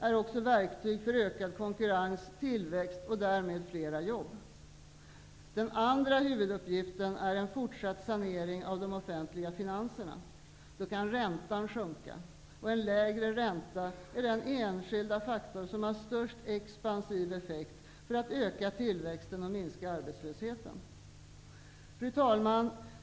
är också verktyg för ökad konkurrens, tillväxt och därmed flera jobb. För det andra krävs det en fortsatt sanering av de offentliga finanserna. Då kan räntan sjunka, och en lägre ränta är den enskilda faktor som har störst expansiv effekt för att öka tillväxten och minska arbetslösheten. Fru talman!